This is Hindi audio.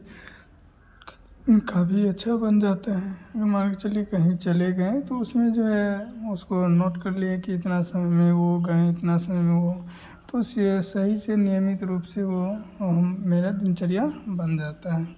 काफी अच्छा बन जाता है यह मान के चलिए कहीं चले गए तो उसमें जो है उसको नोट कर लिए कि इतना समय में वह गए हैं इतना समय में वह तो उसे सही से नियमित रूप से वह हम मेरा दिनचर्या बन जाता है